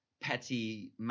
petty